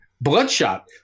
*Bloodshot*